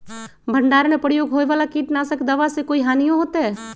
भंडारण में प्रयोग होए वाला किट नाशक दवा से कोई हानियों होतै?